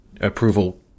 approval